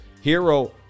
hero